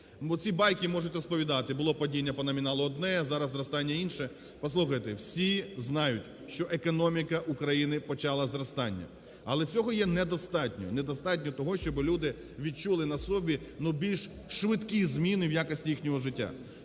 Оці байки можуть розповідати, було падіння по номіналу одне, зараз зростання інше. Послухайте, всі знають, що економіка України почала зростання, але цього є недостатньо. Недостатньо того, щоби люди відчули на собі, ну, більш швидкі зміни в якості їхнього життя.